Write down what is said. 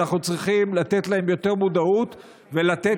ואנחנו צריכים לתת להן יותר מודעות ולתת